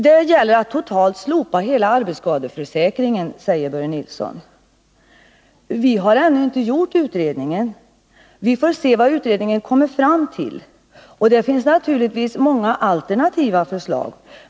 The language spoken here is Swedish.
Det är fråga om att slopa hela arbetsskadeförsäkringen, säger Börje Nilsson. Vi har ännu inte gjort utredningen. Vi får se vad den kommer fram till. Det finns många alternativa förslag.